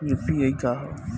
UPI का ह?